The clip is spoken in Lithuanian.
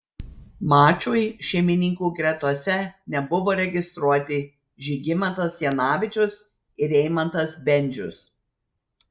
mačui šeimininkų gretose nebuvo registruoti žygimantas janavičius ir eimantas bendžius